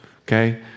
okay